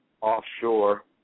offshore